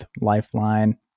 Lifeline